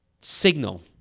signal